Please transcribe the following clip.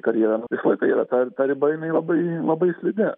karjerą nu visą laiką yra ta riba jinai labai labai slidi